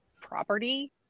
property